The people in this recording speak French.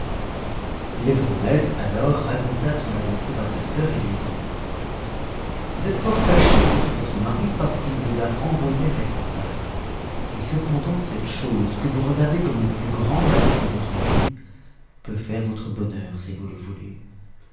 laidronette alors raconta son aventure à sa sœur et lui dit vous êtes fort fâchée contre votre mari parce qu'il vous a envoyée à la campagne et cependant cette chose que vous regardez comme le plus grand malheur de votre vie peut faire votre bonheur si vous le voulez